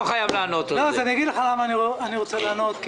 אגיד לך למה אני רוצה לענות.